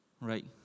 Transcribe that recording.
right